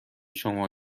شما